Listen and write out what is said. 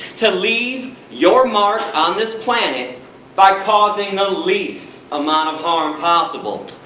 to leave your mark on this planet by causing the least amount of harm possible!